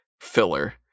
filler